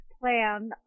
plan